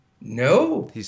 No